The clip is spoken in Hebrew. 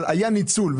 אבל היה ניצול.